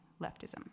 leftism